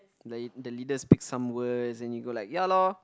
like the leader speak some words then you go like ya lor